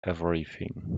everything